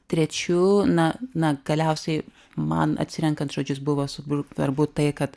trečių na na galiausiai man atsirenkant žodžius buvo su darbu tai kad